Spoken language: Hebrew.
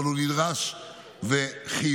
אבל הוא נדרש וחיוני.